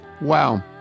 Wow